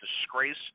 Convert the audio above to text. disgrace